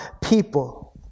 people